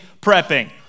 prepping